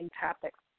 topics